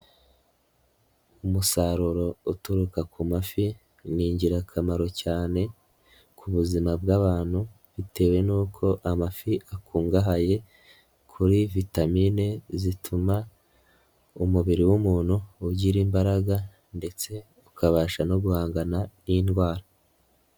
Umusaruro uturuka ku mafi ni ingirakamaro cyane ku buzima bw'abantu bitewe n'uko amafi akungahaye kuri vitamine zituma umubiri w'umuntu ugira imbaraga ndetse ukabasha no guhangana n'indwara.